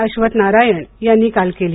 अश्वथनारायण यांनी काल केली